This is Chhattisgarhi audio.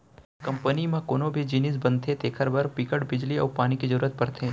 कंपनी म कोनो भी जिनिस बनथे तेखर बर बिकट बिजली अउ पानी के जरूरत परथे